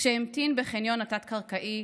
/ כשהמתין בחניון התת-קרקעי,